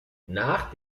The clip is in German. nach